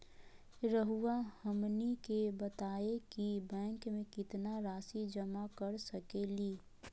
रहुआ हमनी के बताएं कि बैंक में कितना रासि जमा कर सके ली?